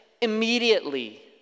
immediately